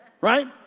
Right